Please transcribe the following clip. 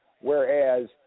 whereas